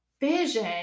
vision